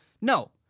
no